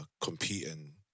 competing